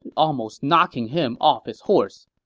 and almost knocking him off his horse.